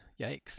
Yikes